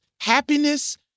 Happiness